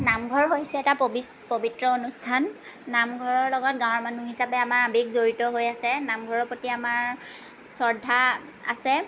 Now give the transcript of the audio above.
নামঘৰ হৈছে এটা পবিচ পৱিত্ৰ অনুষ্ঠান নামঘৰৰ লগত গাঁৱৰ মানুহ হিচাপে আমাৰ আবেগ জড়িত হৈ আছে নামঘৰৰ প্ৰতি আমাৰ শ্ৰদ্ধা আছে